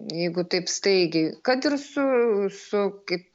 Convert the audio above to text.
jeigu taip staigiai kad ir su su kaip